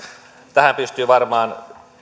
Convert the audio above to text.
tähän pystyy varmaan